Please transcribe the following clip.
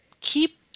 keep